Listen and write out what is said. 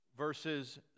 Verses